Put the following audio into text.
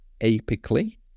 apically